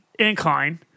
incline